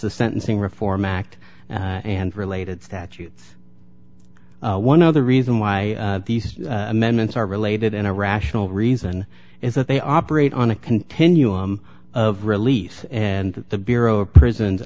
a sentencing reform act and related statutes one of the reason why these amendments are related in a rational reason is that they operate on a continuum of release and the bureau of prisons